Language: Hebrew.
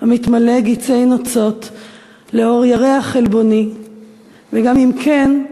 המתמלא גצי נוצות/ לאור ירח חלבוני/ וגם אם כן,